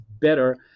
better